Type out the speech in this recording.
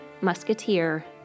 musketeer